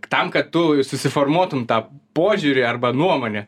tam kad tu susiformuotum tą požiūrį arba nuomonę